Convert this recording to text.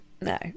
no